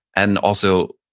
and also,